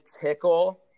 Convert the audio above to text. tickle